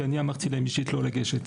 כי אני אמרתי להן אישית לא לגשת.